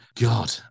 God